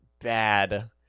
bad